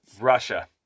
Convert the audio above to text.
Russia